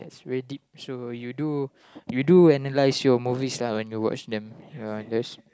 is very deep show you do you do analyse show movies when you watch them ya that's